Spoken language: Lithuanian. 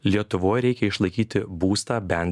lietuvoj reikia išlaikyti būstą bent